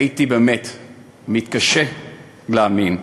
הייתי באמת מתקשה להאמין.